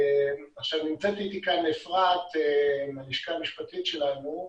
נמצאת אתי כאן אפרת מהלשכה המשפטית שלנו,